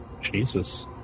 Jesus